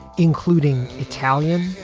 including italian,